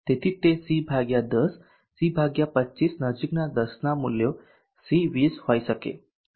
તેથી તે C 10 C 25 નજીકના દસના મૂલ્યો C 20 હોઈ શકે